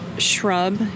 shrub